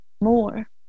more